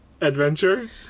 adventure